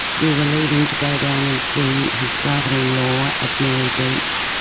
we were leaving to go down and see his brother-in-law at merry beach.